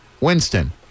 Winston